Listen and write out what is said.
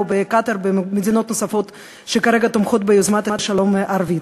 בקטאר או במדינות נוספות שכרגע תומכות ביוזמת השלום הערבית.